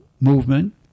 movement